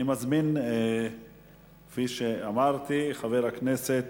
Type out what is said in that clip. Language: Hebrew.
אני מזמין, כפי שאמרתי, את חבר הכנסת